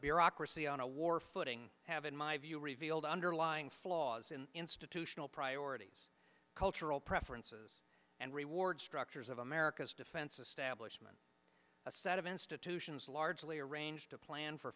bureaucracy on a war footing have in my view revealed underlying flaws in institutional priorities cultural preferences and reward structures of america's defense establishment a set of institutions largely arranged to plan for